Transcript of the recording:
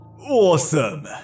awesome